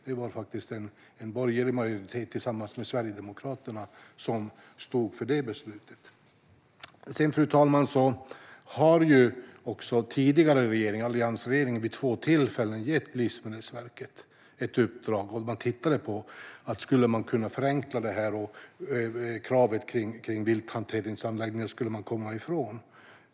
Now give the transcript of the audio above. Det var en borgerlig majoritet tillsammans med Sverigedemokraterna som stod för det beslutet. Fru talman! Också tidigare alliansregering har vid två tillfällen gett Livsmedelsverket ett uppdrag. Det tittade på om man skulle kunna förenkla det och komma ifrån kravet på vilthanteringsanläggningar.